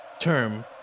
term